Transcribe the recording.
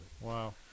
Wow